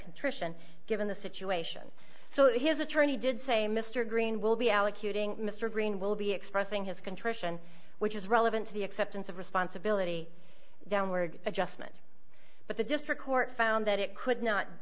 contrition given the situation so that his attorney did say mr green will be allocating mr green will be expressing his contrition which is relevant to the acceptance of responsibility downward adjustment but the district court found that it could not